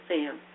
Sam